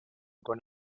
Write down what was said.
con